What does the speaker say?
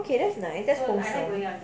okay that's nice that's so sure